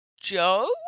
Joe